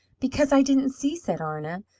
because i didn't see, said arna.